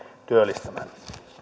työllistämään